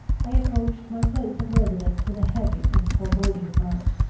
i approached my place of residence with a heavy and foreboding heart.